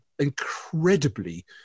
incredibly